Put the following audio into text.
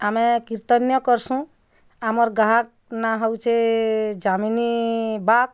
ଆମେ କୀର୍ତ୍ତନ୍ୟ କରୁସୁଁ ଆମର୍ ଗାହକ୍ ନାଁ ହେଉଛେଁ ଯାମିନୀବାଦ୍